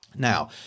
Now